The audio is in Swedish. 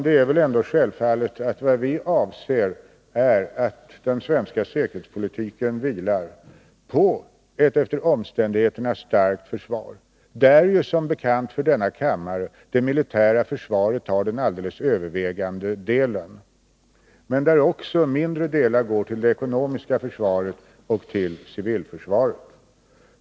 Det är väl ändå självklart att vad vi avser är att den svenska säkerhetspolitiken vilar på ett efter omständigheterna starkt försvar, där ju, som bekant för denna kammare, det militära försvaret har den alldeles övervägande delen, men där också mindre delar går till det ekonomiska försvaret och till civilförsvaret.